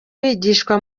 bigishwa